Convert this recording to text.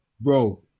bro